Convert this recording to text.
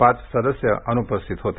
पाच सदस्य अनुपस्थित होते